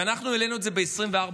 ואנחנו העלינו את זה ב-24%,